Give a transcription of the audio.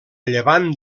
llevant